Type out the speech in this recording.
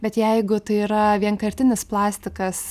bet jeigu tai yra vienkartinis plastikas